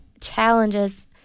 challenges